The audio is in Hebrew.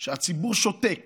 שהציבור שותק